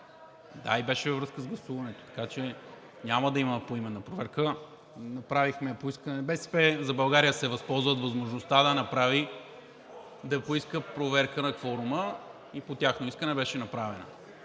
И беше във връзка с гласуването, така че няма да има поименна проверка. Направихме я. „БСП за България“ се възползва от възможността да поиска проверка на кворума и по тяхно искане беше направена.